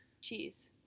Cheese